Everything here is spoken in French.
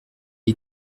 ait